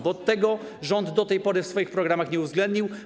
Bo tego rząd do tej pory w swoich programach nie uwzględnił.